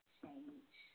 change